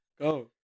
go